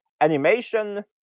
animation